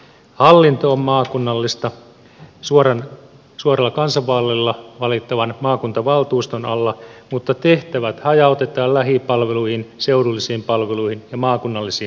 hallinto on maakunnallista suoralla kansanvaalilla valittavan maakuntavaltuuston alla mutta tehtävät hajautetaan lähipalveluihin seudullisiin palveluihin ja maakunnallisiin palveluihin